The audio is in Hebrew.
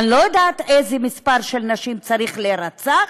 אני לא יודעת מה מספר הנשים שצריכות להירצח